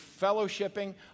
fellowshipping